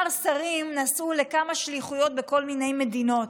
כמה שרים נסעו לכמה שליחויות בכל מיני מדינות,